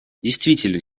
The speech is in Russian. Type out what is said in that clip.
действительно